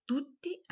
Tutti